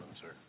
sir